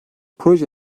proje